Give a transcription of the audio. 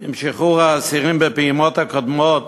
עם שחרור האסירים בפעימות הקודמות